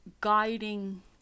guiding